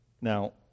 Now